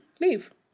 leave